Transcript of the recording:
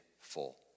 full